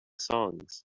songs